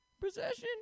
possession